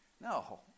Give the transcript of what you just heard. No